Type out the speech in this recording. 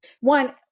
One